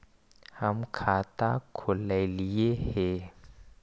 हम खाता खोलैलिये हे?